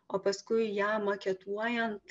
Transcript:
o paskui ją maketuojant